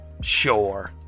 sure